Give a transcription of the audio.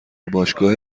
باشگاه